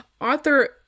Arthur